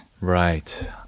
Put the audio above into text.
Right